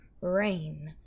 rain